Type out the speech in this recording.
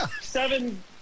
seven